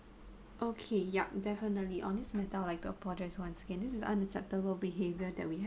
okay yup definitely on this matter I'd like to apologize once again this is unacceptable behaviour that we have